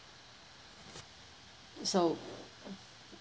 so